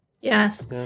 Yes